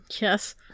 Yes